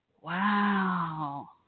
Wow